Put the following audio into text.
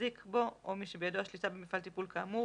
מחזיק בו או מי שבידו השליטה במפעל טיפול כאמור,